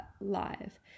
live